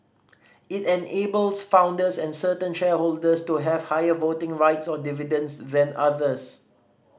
it enables founders and certain shareholders to have higher voting rights or dividends than others